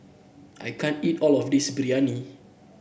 I can't eat all of this Biryani